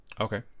Okay